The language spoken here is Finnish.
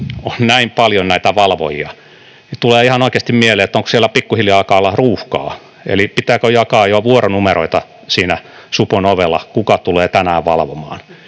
on näin paljon näitä valvojia, niin tulee ihan oikeasti mieleen, että pikkuhiljaa siellä alkaa olla ruuhkaa, eli pitääkö jakaa jo vuoronumeroita siinä supon ovella, kuka tulee tänään valvomaan.